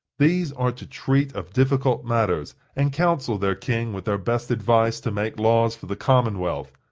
these are to treat of difficult matters, and counsel their king with their best advice to make laws for the commonweal,